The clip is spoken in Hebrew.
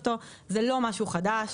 זה לא משהו חדש.